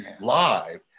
live